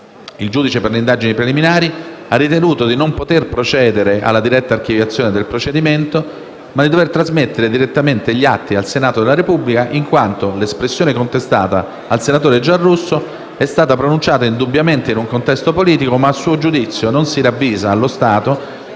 Il giudice per le indagini preliminari ha ritenuto di non poter procedere alla diretta archiviazione del procedimento, ma di dover trasmettere direttamente gli atti al Senato della Repubblica in quanto l'espressione contestata al senatore Giarrusso è stata pronunciata indubbiamente in un contesto politico, ma a suo giudizio non si ravvisa allo stato